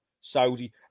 Saudi